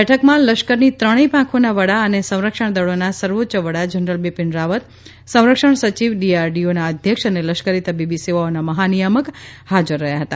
બેઠકમાં લશ્કરની ત્રણેય પાંખોના વડા અને સંરક્ષણ દળોના સર્વોચ્ય વડા જનરલ બિપિન રાવત સંરક્ષણ સચિવ ડીઆરડીઓના અધ્યક્ષ અને લશ્કરી તબીબી સેવાઓના મહાનિયામક હાજર રહ્યા હતા